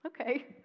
okay